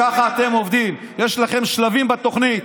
ככה אתם עובדים, יש לכם שלבים בתוכנית,